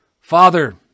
Father